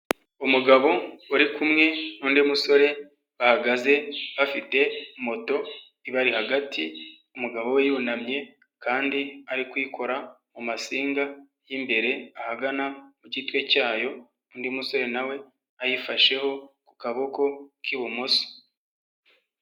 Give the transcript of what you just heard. Umugabo bari kumwe n'undi musore bahagaze bafite moto ibari hagati, umugabo we yunamye kandi ari kuyikora mu masinga y'imbere ahagana mu gitwe cyayo, undi musore nawe ayifasheho ku kaboko k'ibumoso.